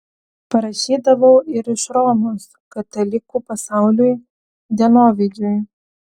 parašydavau ir iš romos katalikų pasauliui dienovidžiui